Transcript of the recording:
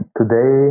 today